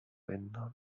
ändern